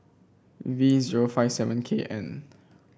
V zero five seven K N